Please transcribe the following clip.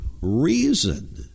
reason